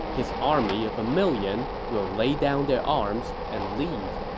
his army of a million will lay down their arms and leave.